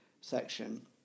section